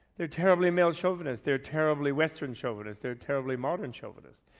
they are terribly male chauvinist, they are terribly western chauvinist, they are terribly modern chauvinist.